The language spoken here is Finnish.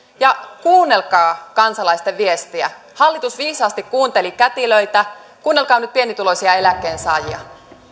ja kuunnelkaa kansalaisten viestiä hallitus viisaasti kuunteli kätilöitä kuunnelkaa nyt pienituloisia eläkkeensaajia